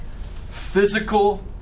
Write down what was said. Physical